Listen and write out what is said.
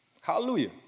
Hallelujah